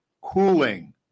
cooling